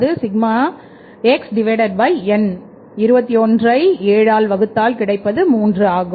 2173 21 ஐ 7 ஆல் வகுத்தால் கிடைப்பது 3 ஆகும்